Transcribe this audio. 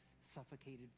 suffocated